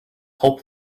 help